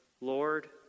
Lord